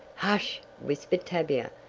hush! whispered tavia.